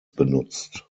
benutzt